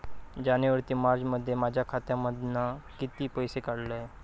जानेवारी ते मार्चमध्ये माझ्या खात्यामधना किती पैसे काढलय?